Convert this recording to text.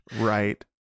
right